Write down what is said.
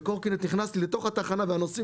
וקורקינט נכנס לי לתוך התחנה והנוסעים